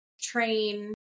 train